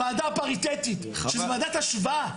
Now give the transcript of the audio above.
ועדה פריטטית שזו ועדת השוואה,